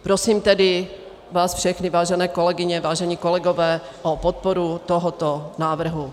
Prosím vás tedy všechny, vážené kolegyně, vážení kolegové, o podporu tohoto návrhu.